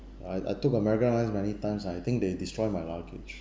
I I took american airlines many times lah I think they destroy my luggage